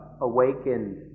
awakened